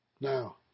Now